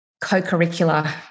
co-curricular